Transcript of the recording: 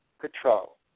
control